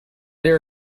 their